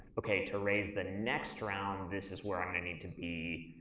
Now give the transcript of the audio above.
okay, to raise the next round, this is where i'm gonna need to be.